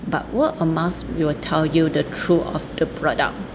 but word of mouth will tell you the truth of the product